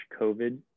COVID